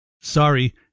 sorry